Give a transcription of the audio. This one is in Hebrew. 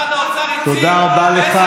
משרד האוצר, שנים האחרונות, תודה רבה לך.